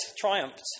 triumphed